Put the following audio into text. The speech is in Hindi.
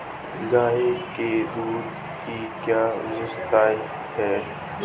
गाय के दूध की क्या विशेषता है?